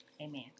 Amen